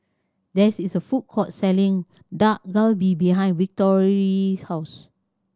there is a food court selling Dak Galbi behind Victory's house